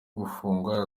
gufungwa